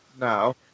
now